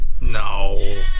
No